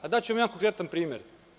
Daću vam jedan konkretan primer.